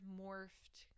morphed